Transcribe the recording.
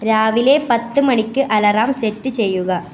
രാവിലെ പത്ത് മണിക്ക് അലറം സെറ്റ് ചെയ്യുക